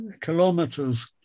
kilometers